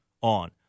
on